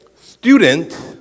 Student